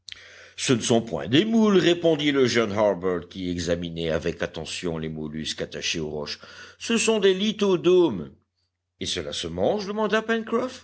ce ne sont point des moules répondit le jeune harbert qui examinait avec attention les mollusques attachés aux roches ce sont des lithodomes et cela se mange demanda pencroff